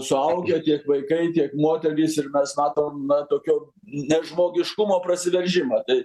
suaugę tiek vaikai tiek moterys ir mes matom na tokio nežmogiškumo prasiveržimą tai